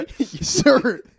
Sir